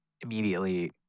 immediately